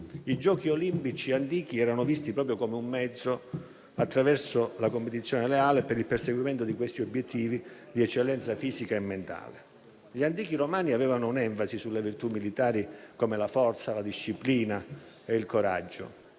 I Giochi olimpici antichi erano visti proprio come un mezzo, attraverso la competizione leale, per il perseguimento degli obiettivi di eccellenza fisica e mentale. Gli antichi romani avevano un'enfasi sulle virtù militari come la forza, la disciplina e il coraggio,